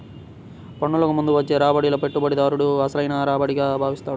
పన్నులకు ముందు వచ్చే రాబడినే పెట్టుబడిదారుడు అసలైన రాబడిగా భావిస్తాడు